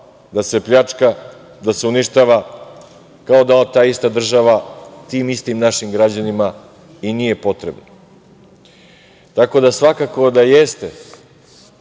da se pljačka, da se uništava, kao da ta ista država tim istim našim građanima i nije potrebna. Tako da svakako da jeste